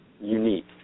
unique